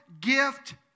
gift